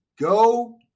go